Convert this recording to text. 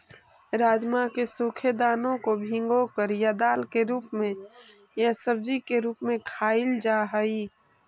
राजमा के सूखे दानों को भिगोकर या दाल के रूप में या सब्जी के रूप में खाईल जा हई